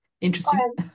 interesting